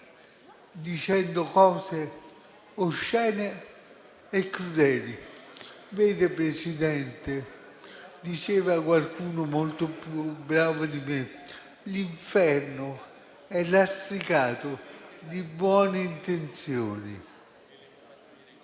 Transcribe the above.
dicendo cose oscene e crudeli. Vede, Presidente, diceva qualcuno molto più bravo di me che l'inferno è lastricato di buone intenzioni.